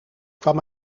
kwam